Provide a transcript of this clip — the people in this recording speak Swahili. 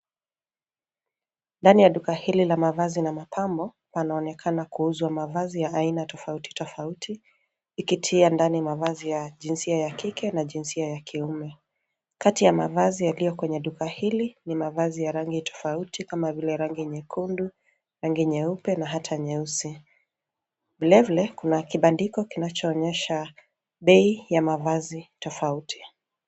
Ndani ya duka hili la mavazi na mapambo panaonekana kuuzwa mavazi ya aina tofauti tofauti, ikitia ndani mavazi ya jinsia ya kike na jinsia ya kiume. Kati ya mavazi yaliyo kwenye duka hili ni mavazi ya rangi tofauti kama vile: rangi nyekundu, rangi nyeupe na hata nyeusi. Vile vile, kuna kibandiko kinachoonyesha bei ya mavazi tofauti.